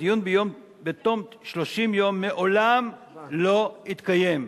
דיון בתום 30 יום מעולם לא התקיים.